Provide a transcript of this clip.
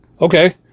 Okay